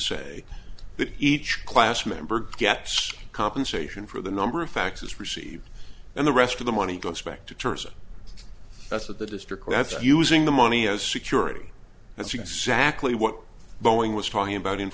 say that each class member gets compensation for the number of faxes received and the rest of the money goes back to tourism that's that the district that's using the money as security that's exactly what boeing was talking about in